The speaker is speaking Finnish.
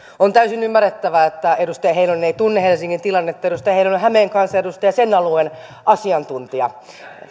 on täysin ymmärrettävää että edustaja heinonen ei tunne helsingin tilannetta edustaja heinonen on hämeen kansanedustaja ja sen alueen asiantuntija